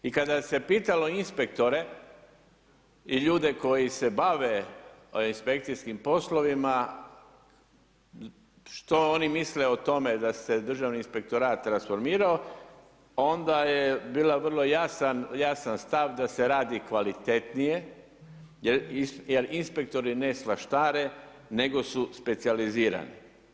I kada se pitalo inspektore i ljudi koji se bave inspekcijskim poslovima što oni misle o tome da se Državni inspektorat rasformirao, onda je bio vrlo jasan stav da se radi kvalitetnije jer inspektori ne svaštare nego su specijalizirani.